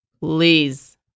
Please